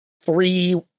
three